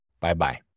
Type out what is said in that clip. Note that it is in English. Bye-bye